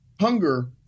hunger